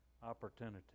Opportunity